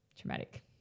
Traumatic